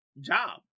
job